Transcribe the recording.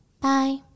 bye